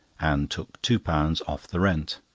and took two pounds off the rent.